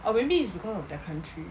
or maybe it's because of their country